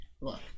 look